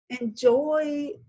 enjoy